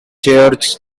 george